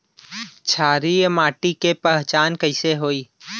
क्षारीय माटी के पहचान कैसे होई?